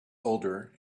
older